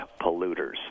polluters